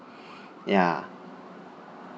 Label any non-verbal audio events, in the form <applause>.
<breath> ya